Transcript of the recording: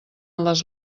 les